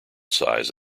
size